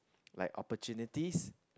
like opportunities